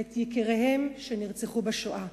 ואת יקיריהם שנרצחו בשואה.